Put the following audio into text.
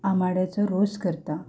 आमाड्याचो रोस करता